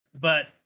But-